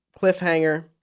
cliffhanger